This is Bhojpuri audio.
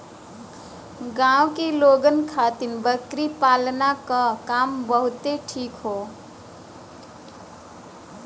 गांव के लोगन खातिर बकरी पालना क काम बहुते ठीक हौ